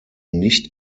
nicht